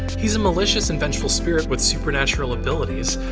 he's a malicious and vengeful spirit with supernatural abilities.